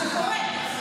זה קורה.